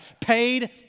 Paid